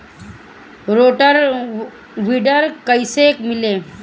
Rotor weeder कईसे मिले?